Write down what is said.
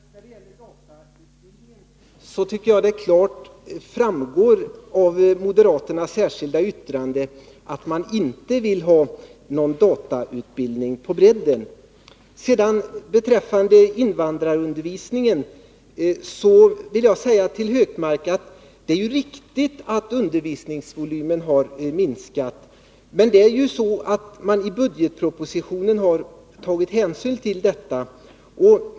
Herr talman! När det först gäller datautbildning tycker jag att det klart framgår av moderaternas särskilda yttrande att de inte vill ha någon datautbildning på bredden. Beträffande invandrarundervisningen vill jag säga till Gunnar Hökmark att det är riktigt att undervisningsvolymen har minskat. Men i budgetpropositionen har man tagit hänsyn till detta.